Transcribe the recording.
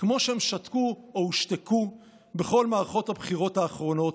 כמו שהם שתקו או הושתקו בכל מערכות הבחירות האחרונות,